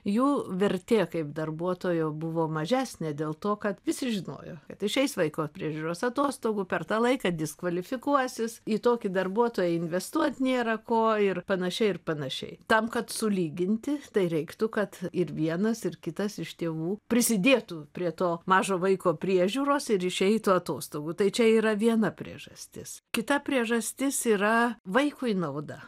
jų vertė kaip darbuotojo buvo mažesnė dėl to kad visi žinojo kad išeis vaiko priežiūros atostogų per tą laiką diskvalifikuosis į tokį darbuotoją investuot nėra ko ir panašiai ir panašiai tam kad sulyginti tai reiktų kad ir vienas ir kitas iš tėvų prisidėtų prie to mažo vaiko priežiūros ir išeitų atostogų tai čia yra viena priežastis kita priežastis yra vaikui nauda